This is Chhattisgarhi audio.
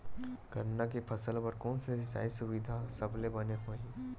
गन्ना के फसल बर कोन से सिचाई सुविधा सबले बने होही?